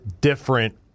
different